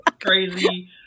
Crazy